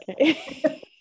Okay